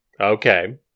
Okay